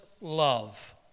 love